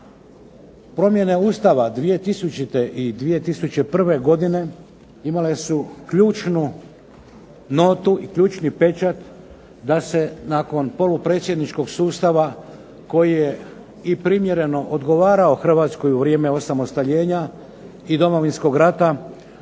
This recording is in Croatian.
Promjena Ustava 2000. i 2001. godine imale su ključnu notu i ključni pečat da se nakon polupredsjedničkog sustava koji je i primjereno odgovarao Hrvatskoj u vrijeme osamostaljenja i Domovinskog rata,